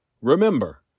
Remember